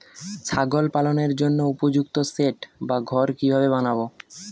ছাগল পালনের জন্য উপযুক্ত সেড বা ঘর কিভাবে বানাবো?